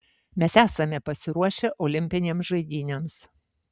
mes esame pasiruošę olimpinėms žaidynėms